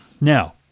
now